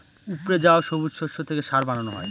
উপড়ে যাওয়া সবুজ শস্য থেকে সার বানানো হয়